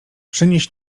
przynieś